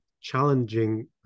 challenging